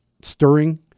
stirring